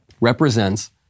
represents